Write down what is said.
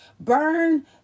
Burn